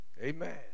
Amen